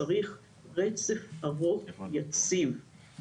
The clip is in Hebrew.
צריך רצף ארוך ויציב.